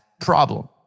problem